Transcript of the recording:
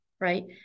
right